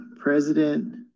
President